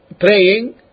praying